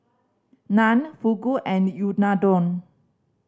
Naan Fugu and Unadon